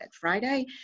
Friday